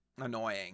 annoying